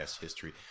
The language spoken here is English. history